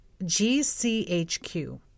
GCHQ